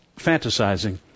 fantasizing